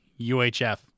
UHF